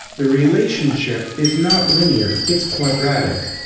the relationship is not linear, its quadratic.